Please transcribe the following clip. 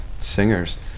singers